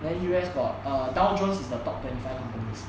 then U_S got err dow jones is the top twenty five companies